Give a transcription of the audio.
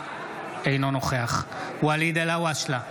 אינו נוכח ואליד אלהואשלה,